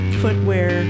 footwear